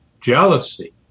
jealousy